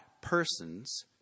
person's